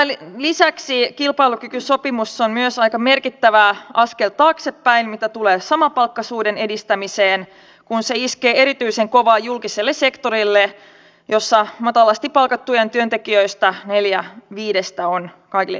tämän lisäksi kilpailukykysopimus on myös aika merkittävä askel taaksepäin mitä tulee samapalkkaisuuden edistämiseen kun se iskee erityisen kovaa julkiselle sektorille jossa matalasti palkatuista työntekijöistä neljä viidestä on kaiken lisäksi nainen